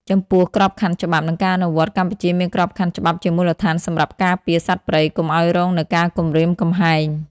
ចំពោះក្របខ័ណ្ឌច្បាប់ និងការអនុវត្តកម្ពុជាមានក្របខ័ណ្ឌច្បាប់ជាមូលដ្ឋានសម្រាប់ការពារសត្វព្រៃកុំឲ្យរងនៅការគំរាមគំហែង។